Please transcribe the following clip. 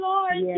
Lord